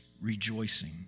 rejoicing